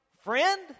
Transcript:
friend